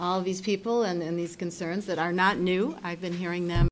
all these people and these concerns that are not new i've been hearing